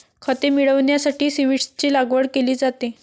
खते मिळविण्यासाठी सीव्हीड्सची लागवड केली जाते